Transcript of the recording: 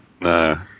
No